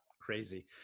Crazy